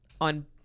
on